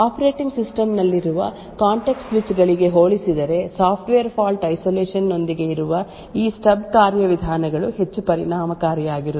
operating system ನಲ್ಲಿರುವ context switch ಗಳಿಗೆ ಹೋಲಿಸಿದರೆ ಸಾಫ್ಟ್ವೇರ್ ಫಾಲ್ಟ್ ಐಸೋಲೇಷನ್ ನೊಂದಿಗೆ ಇರುವ ಈ ಸ್ಟಬ್ ಕಾರ್ಯವಿಧಾನಗಳು ಹೆಚ್ಚು ಪರಿಣಾಮಕಾರಿಯಾಗಿರುತ್ತವೆ